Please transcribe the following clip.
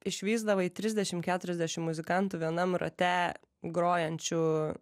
išvysdavai trisdešim keturiasdešim muzikantų vienam rate grojančių